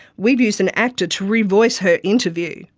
we've used an actor to revoice her interview.